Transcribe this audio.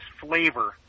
flavor